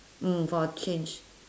mm for a change